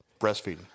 breastfeeding